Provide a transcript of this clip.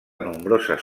nombroses